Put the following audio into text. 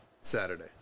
Saturday